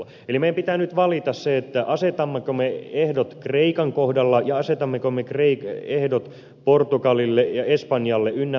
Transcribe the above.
eli meidän pitää nyt valita asetammeko me ehdot kreikan kohdalle ja asetammeko me ehdot portugalille ja espanjalle ynnä muuta